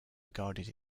regarded